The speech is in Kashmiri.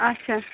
اچھا